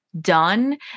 done